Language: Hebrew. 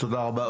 תודה רבה.